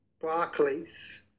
Barclays